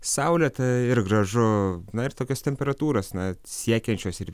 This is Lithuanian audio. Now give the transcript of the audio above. saulėta ir gražu na ir tokios temperatūros na siekiančios ir